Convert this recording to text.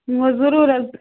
نہٕ حظ ضٔروٗر حظ